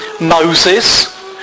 Moses